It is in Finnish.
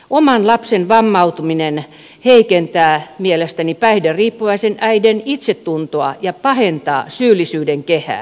oman lapsen vammautuminen heikentää mielestäni päihderiippuvaisen äidin itsetuntoa ja pahentaa syyllisyyden kehää